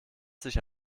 sich